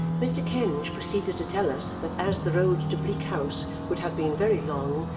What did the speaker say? mr. kenge proceeded to tell us that as the road to bleak house would have been very long,